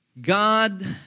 God